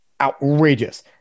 outrageous